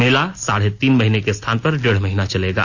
मेला साढ़े तीन महीने के स्थान पर डेढ महीना चलेगा